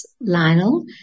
Lionel